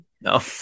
No